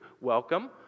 welcome